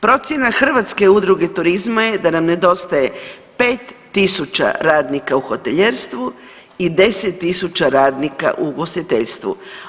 Procjena Hrvatske udruge turizma je da nam nedostaje 5.000 radnika u hotelijerstvu i 10.000 radnika u ugostiteljstvu.